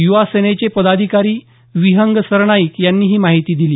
यूवासेनेचे पदाधिकारी विहंग सरनाईक यांनी ही माहिती दिली